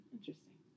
Interesting